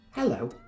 Hello